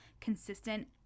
consistent